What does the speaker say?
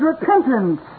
repentance